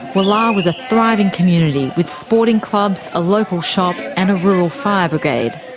wollar was a thriving community with sporting clubs, a local shop, and a rural fire brigade.